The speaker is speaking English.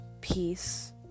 peace